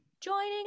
Joining